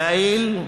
יעיל,